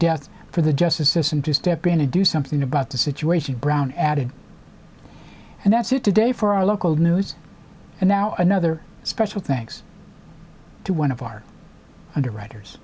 the justice system to step in and do something about the situation brown added and that's it today for our local news and now another special thanks to one of our underwriters